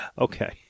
Okay